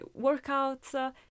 workouts